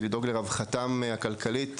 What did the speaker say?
לדאוג לרווחתם הכלכלית,